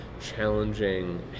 challenging